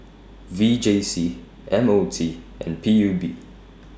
V J C M O T and P U B